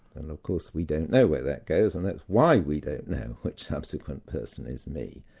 and of course we don't know where that goes and that's why we don't know which subsequent person is me.